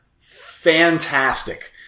fantastic